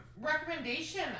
recommendation